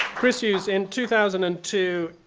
chris hughes, in two thousand and two,